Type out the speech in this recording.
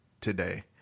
today